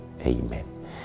Amen